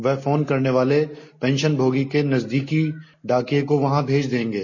वह फोन करने वाले पेंशनभोगी के नजदीकी डाकिये को वहां भेज देंगे